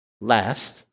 last